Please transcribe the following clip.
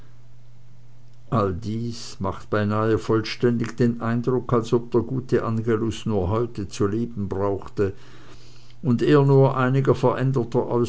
alles dies macht beinahe vollständig den eindruck als ob der gute angelus nur heute zu leben brauchte und er nur einiger veränderter